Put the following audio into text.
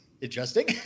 Interesting